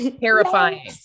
Terrifying